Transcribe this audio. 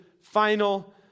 final